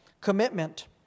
commitment